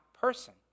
person